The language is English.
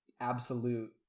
absolute